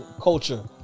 culture